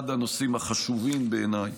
אחד הנושאים החשובים בעיניי,